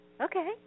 okay